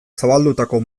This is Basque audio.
zabaldutako